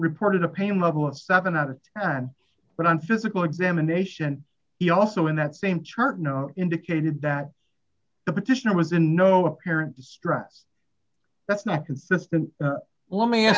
reported a pain level of seven out of ten but on physical examination he also in that same chart no indicated that the petitioner was in no apparent distress that's not consistent